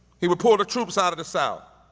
he would pull the troops out of the south.